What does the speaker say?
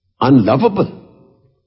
unlovable